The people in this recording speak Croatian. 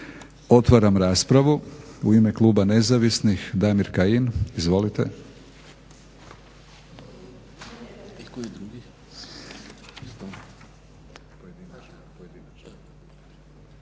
Otvaram raspravu. U ime Kluba nezavisnih Damir Kajin. Izvolite.